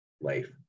life